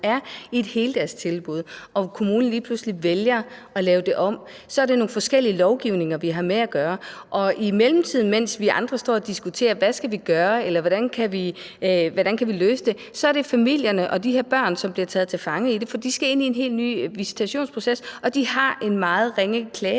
er i et heldagstilbud og kommunen lige pludselig vælger at lave det om, så er det nogle forskellige lovgivninger, vi har med at gøre. Og i mellemtiden, mens vi andre står og diskuterer, hvad vi skal gøre, eller hvordan vi kan løse det, så er det familierne og de her børn, der bliver taget som gidsler, for de skal ind i en helt ny visitationsproces, og de har en meget ringe